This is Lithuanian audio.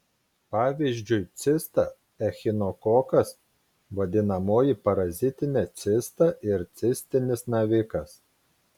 pavyzdžiui cista echinokokas vadinamoji parazitinė cista ir cistinis navikas